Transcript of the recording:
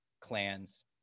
clans